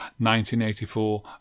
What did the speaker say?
1984